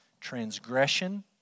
transgression